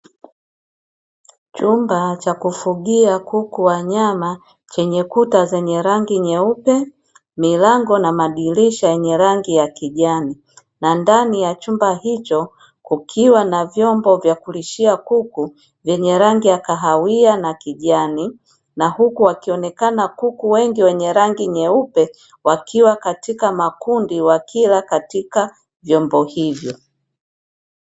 Chumba cha kufugia kuku wa nyama chenye kuta zenye rangi nyeupe, milango na madirisha yenye rangi ya kijani. Na ndani ya chumba hicho kukiwa na vyombo vya kulishia kuku vyenye rangi ya kahawia na kijani, na huku wakionekana kuku wengi wenye rangi nyeupe wakiwa katika makundi wakila katika vyombo hivyo.